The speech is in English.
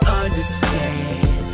understand